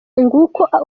nguko